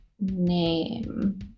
name